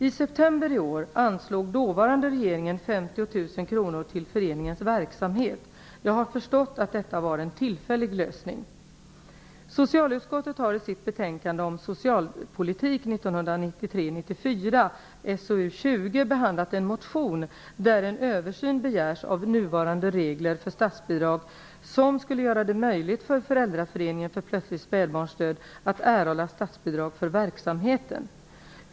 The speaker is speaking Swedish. I september i år anslog dåvarande regeringen 50 000 kr till föreningens verksamhet. Jag har förstått att detta var en tillfällig lösning. Socialutskottet har i sitt betänkande om socialpolitik behandlat en motion där en översyn begärs av nuvarande regler för statsbidrag som skulle göra det möjligt för Föräldraföreningen Plötslig spädbarnsdöd att erhålla statsbidrag för verksamheten.